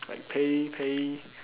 like Pei-Pei